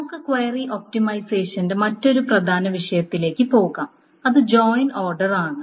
നമുക്ക് ക്വയറി ഒപ്റ്റിമൈസേഷന്റെ മറ്റൊരു പ്രധാന വിഷയത്തിലേക്ക് പോകാം അത് ജോയിൻ ഓർഡർ ആണ്